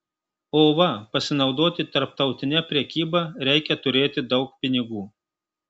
o va pasinaudoti tarptautine prekyba reikia turėti daug pinigų